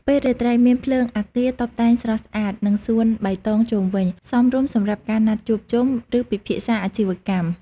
ពេលរាត្រី មានភ្លើងអគារតុបតែងស្រស់ស្អាត និងសួនបៃតងជុំវិញ សមរម្យសម្រាប់ការណាត់ជួបជុំ ឬពិភាក្សាអាជីវកម្ម។